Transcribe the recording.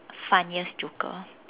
funniest joker